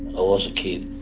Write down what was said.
i was a kid.